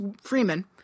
Freeman